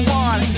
one